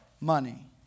money